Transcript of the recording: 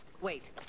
Wait